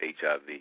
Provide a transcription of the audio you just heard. HIV